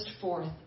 forth